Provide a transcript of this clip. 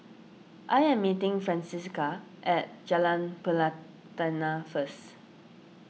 I am meeting Francina at Jalan Pelatina first